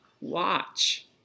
watch